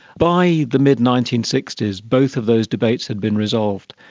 by the mid nineteen sixty s, both of those debates had been resolved.